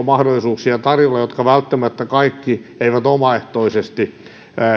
mahdollisuuksia tarjolla ja joihin välttämättä kaikki eivät omaehtoisesti